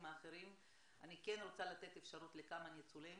האחרים אני כן רוצה לתת אפשרות לכמה ניצולים